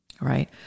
right